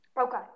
Okay